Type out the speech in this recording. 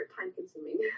Time-consuming